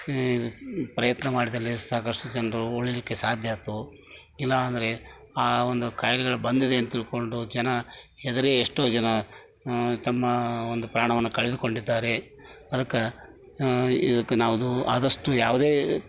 ಪ್ರಯತ್ನ ಮಾಡ್ದೆಲೇ ಸಾಕಷ್ಟು ಜನರು ಉಳಿಲಿಕ್ಕೆ ಸಾಧ್ಯ ಆತು ಇಲ್ಲಾ ಅಂದರೆ ಆ ಒಂದು ಕಾಯಿಲೆಗಳು ಬಂದಿದೆ ಅಂತ ತಿಳ್ಕೊಂಡು ಜನ ಹೆದರಿ ಎಷ್ಟೋ ಜನ ತಮ್ಮ ಒಂದು ಪ್ರಾಣವನ್ನು ಕಳೆದುಕೊಂಡಿದ್ದಾರೆ ಅದಕ್ಕೆ ಇದಕ್ಕೆ ನಾವು ಆದಷ್ಟು ಯಾವುದೇ